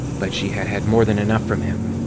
but she had had more than enough from him.